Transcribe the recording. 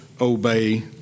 obey